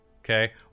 Okay